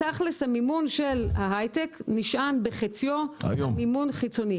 המימון של ההיי-טק נשען בחציו על מימון חיצוני.